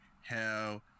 hell